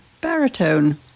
baritone